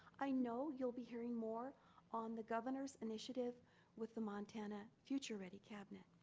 i know you'll be hearing more on the governor's initiative with the montana future ready cabinet.